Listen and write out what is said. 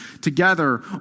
together